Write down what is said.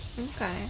Okay